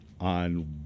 on